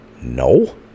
No